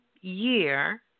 year